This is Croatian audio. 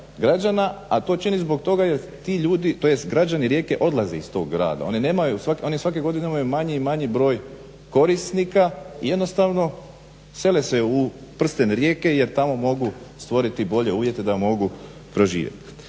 a to čini zbog toga jer ti ljudi tj. građani Rijeke odlaze iz tog grada. Oni svake godine imaju manji i manji broj korisnika jednostavno sele se u prsten Rijeke jer tamo mogu stvoriti bolje uvjete da mogu preživjeti.